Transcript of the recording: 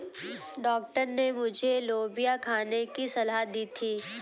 doctor ने मुझे लोबिया खाने की सलाह दी थी